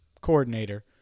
coordinator